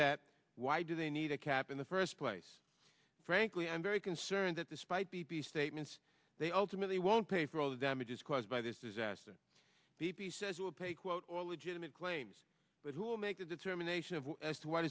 that why do they need a cap in the first place frankly i'm very concerned that despite b p statements they ultimately won't pay for all the damage is caused by this disaster b p says it will pay quote all legitimate claims but who will make the determination of what